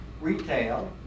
retail